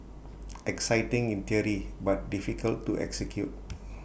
exciting in theory but difficult to execute